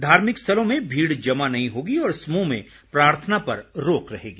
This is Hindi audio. धार्मिक स्थलों में भीड़ जमा नहीं होगी और समूह में प्रार्थना पर रोक रहेगी